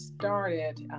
started